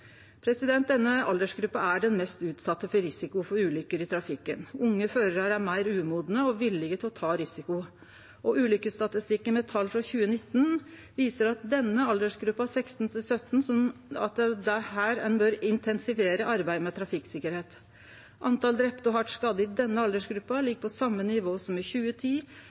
Denne aldersgruppa er den mest utsette for risiko for ulukker i trafikken. Unge førarar er meir umodne og villige til å ta risiko. Ulukkesstatistikken med tal frå 2019 viser at det er i aldersgruppa 16–17 år ein bør intensivere arbeidet med trafikksikkerheit. Antal drepne og hardt skadde i denne aldersgruppa ligg på same nivå som i 2010,